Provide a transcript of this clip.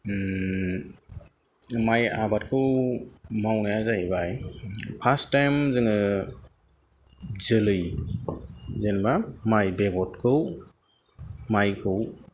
माइ आबादखौ मावनाया जाहैबाय फार्स्ट टाइम जोङो जोलै जेनेबा माइ बेगरखौ माइखौ